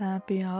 Happy